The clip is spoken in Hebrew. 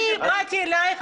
אני באתי אלייך,